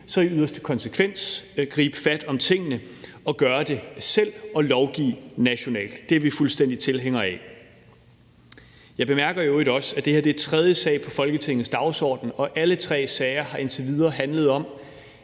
vi i yderste konsekvens gribe fat om tingene og gøre det selv og lovgive nationalt. Det er vi fuldstændig tilhængere af. Jeg bemærker i øvrigt også, at det her er den tredje sag på Folketingets dagsorden, og at alle tre sager indtil videre enten har